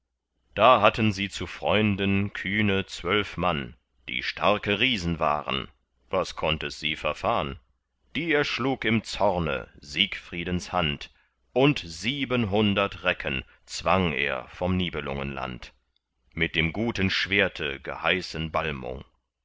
da hatten sie zu freunden kühne zwölf mann die starke riesen waren was konnt es sie verfahn die erschlug im zorne siegfriedens hand und siebenhundert recken zwang er vom nibelungenland mit dem guten schwerte geheißen